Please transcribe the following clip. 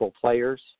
players